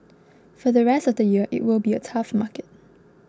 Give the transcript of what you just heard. for the rest of the year it will be a tough market